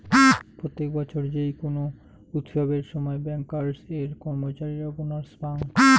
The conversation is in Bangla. প্রত্যেক বছর যেই কোনো উৎসবের সময় ব্যাংকার্স এর কর্মচারীরা বোনাস পাঙ